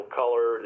color